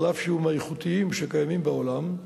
אף שהוא מהאיכותיים שקיימים בעולם,